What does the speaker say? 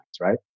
right